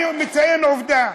אני מציין עובדה: